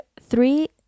three